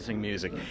music